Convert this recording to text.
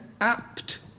apt